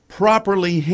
properly